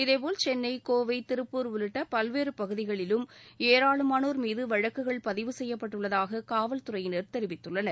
இதேபோல் சென்னை கோவை திருப்பூர் உள்ளிட்ட பல்வேறு பகுதிகளிலும் ஏராளமாளோர் மீது வழக்குகள் பதிவு செய்யப்பட்டுள்ளதாக காவல்துறையினர் தெரிவித்துள்ளனர்